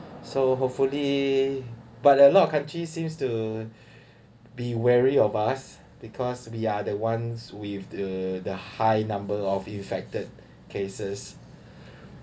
so hopefully but a lot of countries seems to be wary of us because we are the ones with the the high number of infected cases